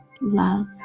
love